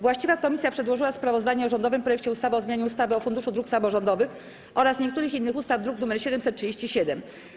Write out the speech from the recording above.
Właściwa komisja przedłożyła sprawozdanie o rządowym projekcie ustawy o zmianie ustawy o Funduszu Dróg Samorządowych oraz niektórych innych ustaw, druk nr 737.